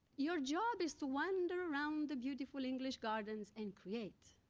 your job is to wander around the beautiful english gardens and create.